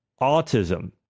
autism